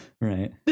Right